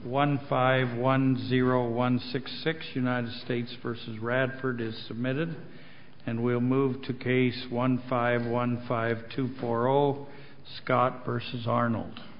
one five one zero one six six united states versus radford is submitted and we'll move to case one five one five two four zero zero scott versus arnold